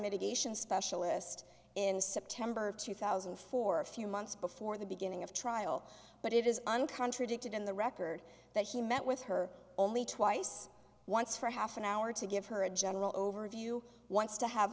mitigation specialist in september of two thousand and four a few months before the beginning of trial but it is uncontroverted in the record that he met with her only twice once for half an hour to give her a general overview once to have